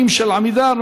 עונה על השאלה בכלל.